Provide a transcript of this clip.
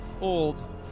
old